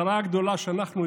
הצרה הגדולה היא שאנחנו,